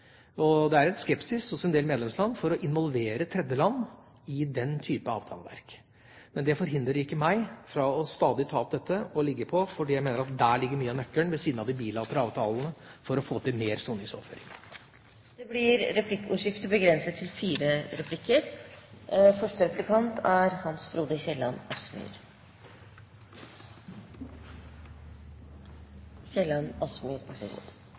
Det er en skepsis hos en del medlemsland mot å involvere tredjeland i den type avtaleverk. Men det hindrer ikke meg fra stadig å ta opp dette, fordi jeg mener at der ligger mye av nøkkelen, ved siden av de bilaterale avtalene, for å få til mer soningsoverføring. Det blir replikkordskifte. Jeg tror vi sjelden har vært vitne til en sak som vanlige folk har følt har stridd så